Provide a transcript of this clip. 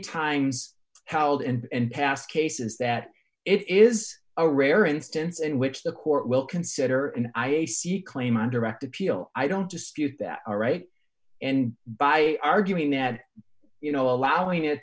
times howled and past cases that it is a rare instance in which the court will consider and i ac claim on direct appeal i don't dispute that a right and by arguing that you know allowing it